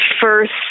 first